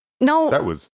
No